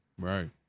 right